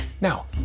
Now